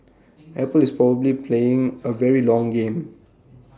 apple is probably playing A very long game